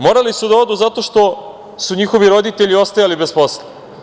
Morali su da odu zato što su njihovi roditelji ostajali bez posla.